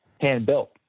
hand-built